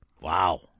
Wow